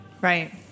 Right